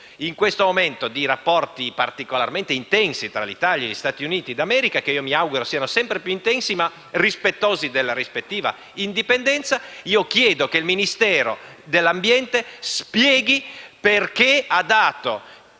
in questo momento di rapporti particolarmente intensi tra l'Italia e gli Stati Uniti d'America (che mi auguro siano sempre più intensi, ma rispettosi della rispettiva indipendenza), il Ministero dell'ambiente spieghi perché ha dato